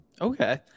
okay